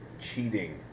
cheating